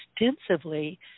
extensively